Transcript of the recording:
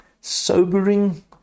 Sobering